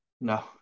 no